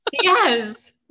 yes